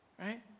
right